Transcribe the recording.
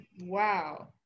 wow